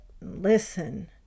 listen